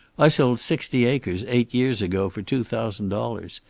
i sold sixty acres eight years ago for two thousand dollars,